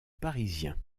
parisiens